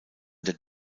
der